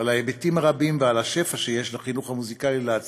על ההיבטים הרבים ועל השפע שיש לחינוך המוזיקלי להציע.